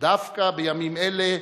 דווקא בימים אלה,